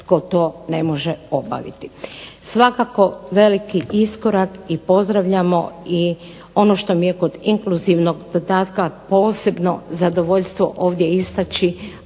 Svakako veliki iskorak i pozdravljamo i ono što mi kod inkluzivnog dodatka posebno zadovoljstvo ovdje istaći,